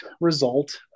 result